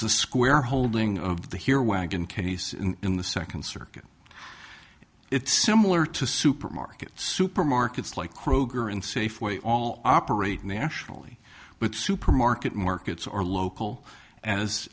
a square holding of the here wagon case in the second circuit it's similar to supermarkets supermarkets like kroger and safeway all operate nationally but supermarket markets are local as